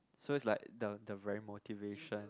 so is like the the very motivation